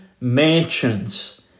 mansions